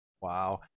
Wow